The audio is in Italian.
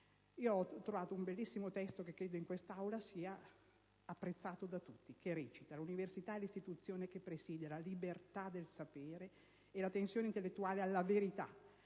Ho trovato un bellissimo testo, che credo in quest'Aula possa essere apprezzato da tutti, che recita: «L'università è l'istituzione che presidia la libertà del sapere e la tensione intellettuale alla verità,